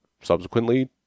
subsequently